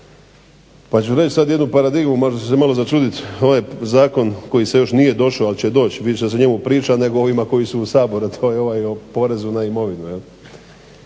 Pa ću reći sad jednu paradigmu, možda ćete se malo začuditi ovaj zakon koji se još nije došao, ali će doći. Više se o njemu priča nego o ovima koji su u Saboru, a to je ovaj o porezu na imovinu.